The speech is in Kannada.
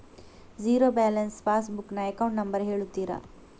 ಝೀರೋ ಬ್ಯಾಲೆನ್ಸ್ ಪಾಸ್ ಬುಕ್ ನ ಅಕೌಂಟ್ ನಂಬರ್ ಹೇಳುತ್ತೀರಾ?